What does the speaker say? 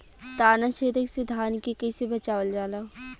ताना छेदक से धान के कइसे बचावल जाला?